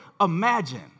imagine